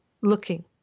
looking